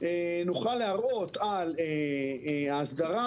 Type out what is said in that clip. נוכל להראות על ההסדרה